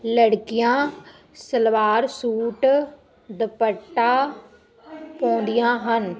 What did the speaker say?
ਲੜਕੀਆਂ ਸਲਵਾਰ ਸੂਟ ਦੁਪੱਟਾ ਪਾਉਂਦੀਆਂ ਹਨ